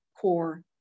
core